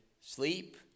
sleep